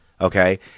Okay